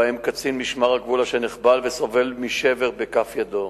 ובהם קצין משמר הגבול אשר נחבל וסובל משבר בכף ידו.